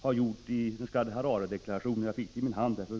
Jag vill här gärna erinra om det uttalande som kyrkorna nyligen har gjort.